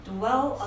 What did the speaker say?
dwell